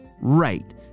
right